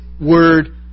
Word